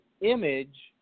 image